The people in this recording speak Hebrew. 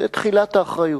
זו תחילת האחריות.